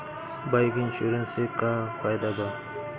Bike insurance से का फायदा बा?